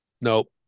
nope